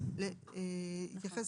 התייחס